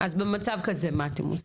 אז במצב כזה מה אתם עושים?